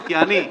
אמרתי, אני.